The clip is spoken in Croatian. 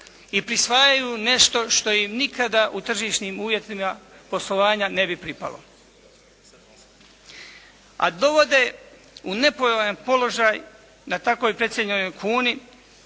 i prisvajaju nešto što im nikada u tržišnim uvjetima poslovanja ne bi pripalo, a dovode u nepovoljan položaj na tako precijenjenoj kuni